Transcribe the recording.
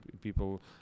people